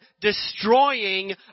destroying